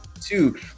Two